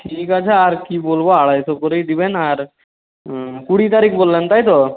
ঠিক আছে আর কী বলব আড়াইশো করেই দেবেন আর কুড়ি তারিখ বললেন তাই তো